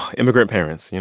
immigrant parents, yeah